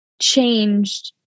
changed